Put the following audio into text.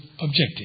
objective